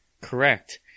Correct